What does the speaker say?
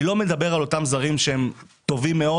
אני לא מדבר על אותם זרים שהם טובים מאוד